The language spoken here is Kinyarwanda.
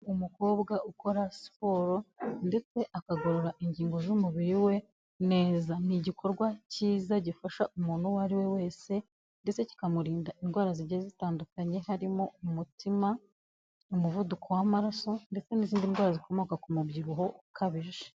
Umukobwa ukora siporo ndetse akagorora ingingo z'umubiri we neza, ni igikorwa cyiza gifasha umuntu uwo ari we wese ndetse kikamurinda indwara zigiye zitandukanye, harimo umutima, umuvuduko w'amaraso ndetse n'izindi ndwara zikomoka ku mubyibuho ukabije.